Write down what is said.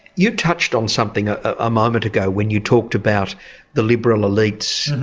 you touched on something a ah moment ago when you talked about the liberal elites.